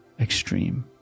extreme